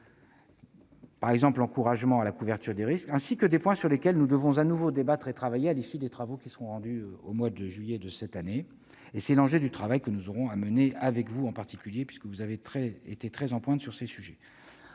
par exemple, l'encouragement à la couverture des risques -et les points sur lesquels nous devrons encore débattre et travailler, à l'issue des conclusions qui seront rendues au mois de juillet prochain. C'est l'enjeu du travail que nous aurons à mener, avec vous en particulier, puisque vous avez été très en pointe sur ces sujets.